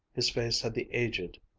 his face had the aged,